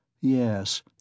Yes